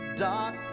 dark